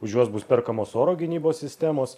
už juos bus perkamos oro gynybos sistemos